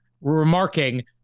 remarking